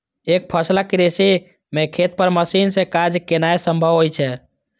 एकफसला कृषि मे खेत पर मशीन सं काज केनाय संभव होइ छै